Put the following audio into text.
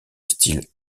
style